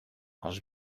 els